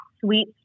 sweet